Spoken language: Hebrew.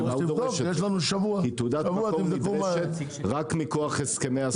כי תעודת המקור נדרשת רק מכוח הסכמי הסחר הבינלאומיים.